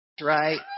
Right